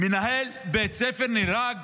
מנהל בית ספר נהרג